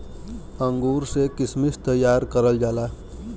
अंगूर से किशमिश तइयार करल जाला